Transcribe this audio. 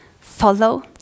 follow